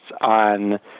on